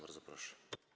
Bardzo proszę.